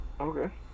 Okay